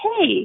hey